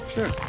Sure